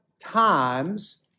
times